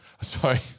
Sorry